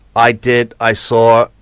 i did, i saw,